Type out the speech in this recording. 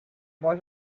most